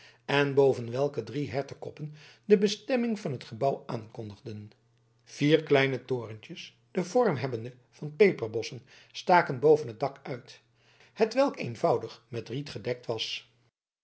en boven welke drie hertenkoppen de bestemming van het gebouw aankondigden vier kleine torentjes den vorm hebbende van peperbossen staken boven het dak uit hetwelk eenvoudig met riet gedekt was